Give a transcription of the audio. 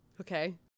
Okay